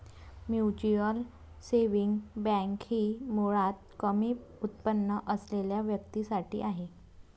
mutual saving bank ही मुळात कमी उत्पन्न असलेल्या व्यक्तीं साठी आहे